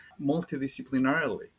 multidisciplinarily